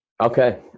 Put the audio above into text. Okay